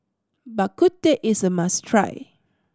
Bak Kut Teh is a must try